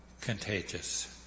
contagious